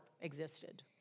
existed